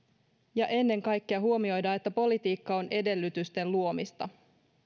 ja ennen kaikkea huomioida että politiikka on edellytysten luomista